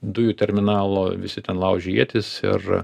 dujų terminalo visi ten laužė ietis ir